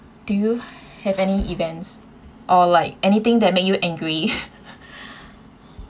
do you have any events or like anything that made you angry